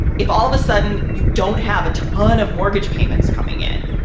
if all of a sudden you don't have a ton of mortgage payments coming in,